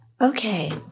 Okay